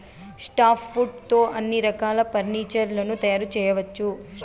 soft wood తో అన్ని రకాల ఫర్నీచర్ లను తయారు చేయవచ్చు